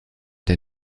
der